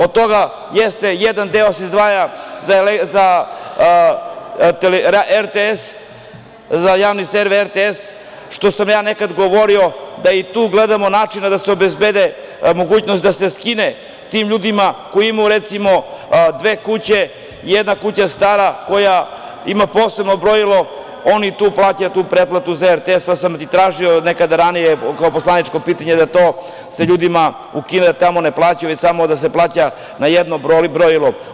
Od toga jeste, jedan deo se izdvaja za Javni servis RTS, što sam ja nekada govorio da i tu gledamo načina da se obezbedi mogućnost da se skine tim ljudima koji imaju dve kuće, jedna kuća stara koja ima posebno brojilo, on i tu plaća tu pretplatu za RTS, pa sam nekada ranije tražio, postavio poslaničko pitanje da se to ljudima ukine, da se samo plaća na jedno brojilo.